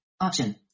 Option